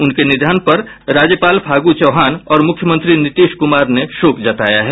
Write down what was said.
उनके निधन पर राज्यपाल फागू चौहान और मुख्यमंत्री नीतीश कुमार ने शोक जताया है